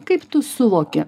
kaip tu suvoki